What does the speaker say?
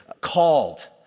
called